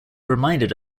reminded